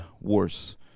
worse